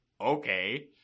okay